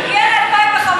ה-50,